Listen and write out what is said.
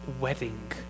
wedding